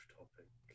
topic